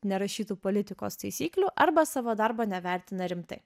nerašytų politikos taisyklių arba savo darbo nevertina rimtai